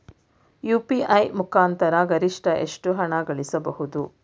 UPI ಮುಖಾಂತರ ಗರಿಷ್ಠ ಎಷ್ಟು ಹಣ ಕಳಿಸಬಹುದು?